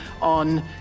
on